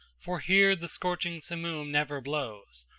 for here the scorching simoom never blows,